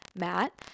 Matt